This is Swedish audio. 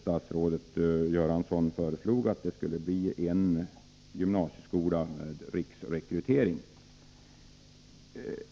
Statsrådet Göransson föreslår Härnösand, där vi skulle få en gymnasieskola med riksrekrytering.